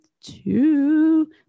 two